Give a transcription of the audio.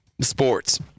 sports